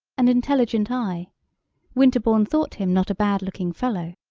an intelligent eye winterbourne thought him not a bad-looking fellow.